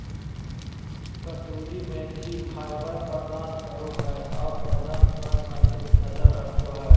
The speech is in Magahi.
कसूरी मेथी फाइबर प्रदान करो हइ और वजन पर नजर रखो हइ